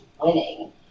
winning